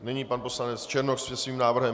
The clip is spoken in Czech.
Nyní pan poslanec Černoch se svým návrhem.